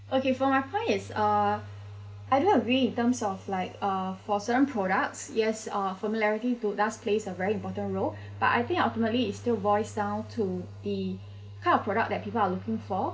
okay for my point is uh I do agree in terms of like uh for certain products yes uh familiarity do does plays a very important role but I think ultimately is still point down to the kind of product that people are looking for